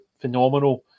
phenomenal